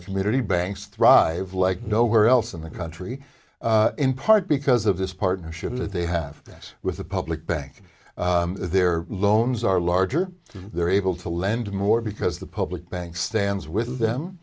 community banks thrive like nowhere else in the country in part because of this partnership that they have that with the public bank their loans are larger they're able to lend more because the public bank stands with them